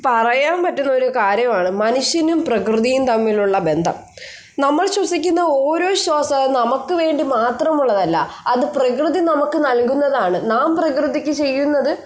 പറയാൻ പറ്റുന്ന ഒരു കാര്യമാണ് മനുഷ്യനും പ്രകൃതിയും തമ്മിലുള്ള ബന്ധം നമ്മൾ ശ്വസിക്കുന്ന ഓരോ ശ്വാസവും അത് നമുക്കുവേണ്ടി മാത്രമുള്ളതല്ല അത് പ്രകൃതി നമുക്ക് നൽകുന്നതാണ് നാം പ്രകൃതിക്ക് ചെയ്യുന്നത്